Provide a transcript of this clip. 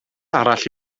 arall